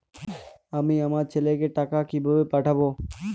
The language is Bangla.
আমি আমার ছেলেকে টাকা কিভাবে পাঠাব?